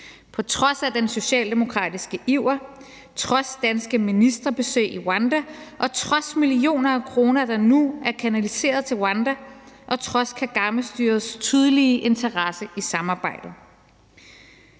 lys trods den socialdemokratiske iver, trods danske ministerbesøg i Rwanda, trods millioner af kroner, der nu er kanaliseret til Rwanda, og trods Kagamestyrets tydelige interesse i samarbejdet.